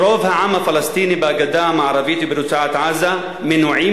ורוב העם הפלסטיני בגדה המערבית וברצועת-עזה מנועים